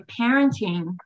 parenting